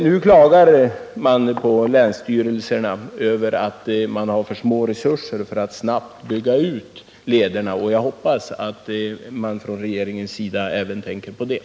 Nu klagar emellertid länsstyrelserna över att man har för små resurser för att snabbt kunna bygga lederna. Jag hoppas att regeringen även tänker på detta.